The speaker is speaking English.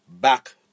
back